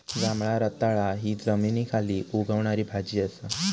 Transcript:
जांभळा रताळा हि जमनीखाली उगवणारी भाजी असा